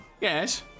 Yes